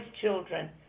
children